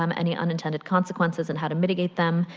um any unintended consequent is and how to mitigate them.